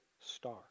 star